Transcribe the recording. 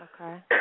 Okay